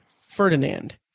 Ferdinand